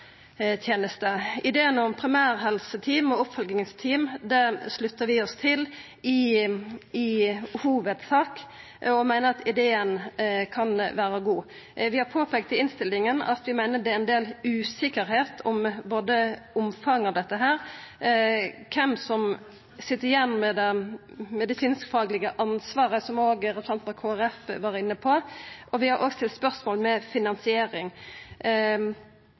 Ideen om primærhelseteam og oppfølgingsteam sluttar vi oss i hovudsak til og meiner at ideen kan vera god. Vi har i innstillinga påpeikt at vi meiner det er ein del usikkerheit både om omfanget og om kven som sit igjen med det medisinsk-faglege ansvaret, som òg representanten frå Kristeleg Folkeparti var inne på. Vi har òg stilt spørsmål